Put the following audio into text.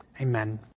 Amen